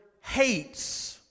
hates